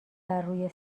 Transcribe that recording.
بروی